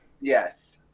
Yes